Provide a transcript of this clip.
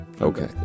Okay